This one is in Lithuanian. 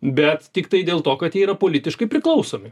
bet tiktai dėl to kad yra politiškai priklausomi